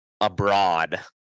abroad